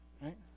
Right